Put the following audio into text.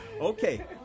Okay